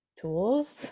tools